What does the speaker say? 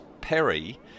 Perry